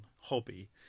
hobby